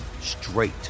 straight